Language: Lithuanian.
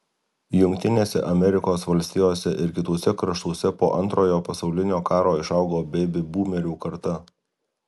jungtinėse amerikos valstijose ir kituose kraštuose po antrojo pasaulinio karo išaugo beibi būmerių karta